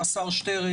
אחר-כך תענו בהמשך,